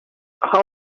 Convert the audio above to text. how